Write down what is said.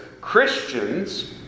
Christians